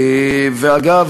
אגב,